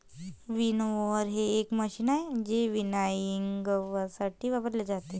winnower हे एक मशीन आहे जे विनॉयइंगसाठी वापरले जाते